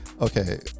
Okay